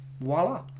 voila